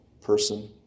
person